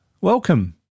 Welcome